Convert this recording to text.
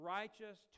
righteous